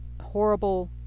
horrible